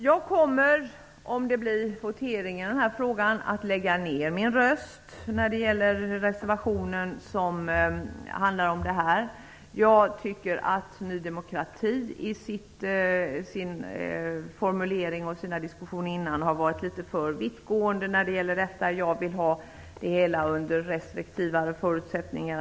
Jag kommer i voteringen att lägga ner min röst. Jag tycker att Ny demokrati har varit litet för vittgående. Jag vill ha det hela under restriktiva förutsättningar.